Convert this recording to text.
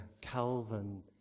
Calvin